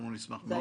אנחנו נשמח מאוד.